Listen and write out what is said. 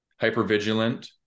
hypervigilant